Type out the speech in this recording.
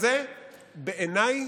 בג"ץ",